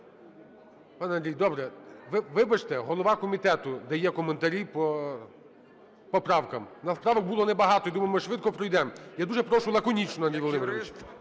Пане Андрій, добре. Вибачте, голова комітету дає коментарі по правкам. В нас правок було небагато, я думав, ми швидко пройдем. Я дуже прошу лаконічно, Андрій Володимирович.